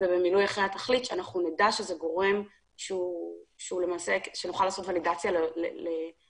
ובמילוי אחר התכלית ואנחנו נדע שזה גורם שנוכל לעשות ולידציה לגורם,